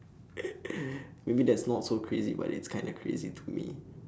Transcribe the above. maybe that's not so crazy but it's kinda crazy to me